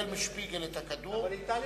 שקיבל משפיגל את הכדור,